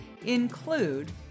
include